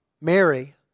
Mary